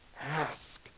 ask